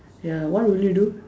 ya what will you do